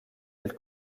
elle